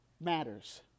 matters